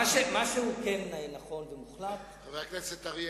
חבר הכנסת אריאל,